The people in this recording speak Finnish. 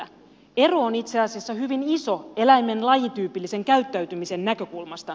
ero on itse asiassa hyvin iso eläimen lajityypillisen käyttäytymisen näkökulmasta